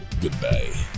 goodbye